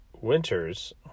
Winters